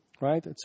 right